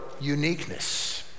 uniqueness